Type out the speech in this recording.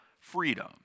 freedom